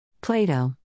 Plato